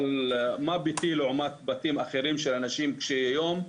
אבל מה ביתי לעומת בתים אחרים של אנשים קשיי יום.